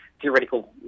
theoretical